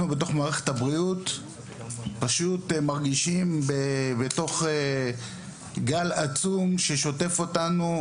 אנחנו במערכת הבריאות מרגישים בתוך גל עצום ששוטף אותנו,